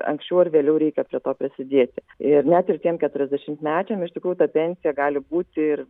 anksčiau ar vėliau reikia prie to prisidėti ir net ir tiem keturiasdešimtmečiam iš tikrųjų ta pensija gali būti ir